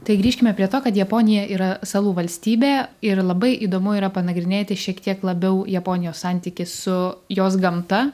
tai grįžkime prie to kad japonija yra salų valstybė ir labai įdomu yra panagrinėti šiek tiek labiau japonijos santykį su jos gamta